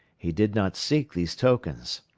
he did not seek these tokens.